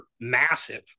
massive